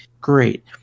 Great